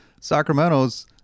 sacramento's